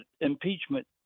impeachment